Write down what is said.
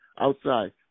outside